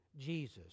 Jesus